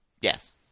Yes